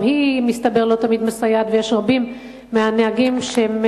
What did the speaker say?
גם היא מסתבר לא תמיד מסייעת ורבים מהנהגים שהם